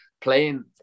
Playing